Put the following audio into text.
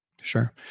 Sure